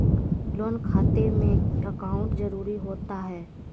Loan खाते में account जरूरी होता है?